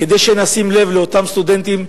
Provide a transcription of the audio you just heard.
כדי שנשים לב לאותם סטודנטים,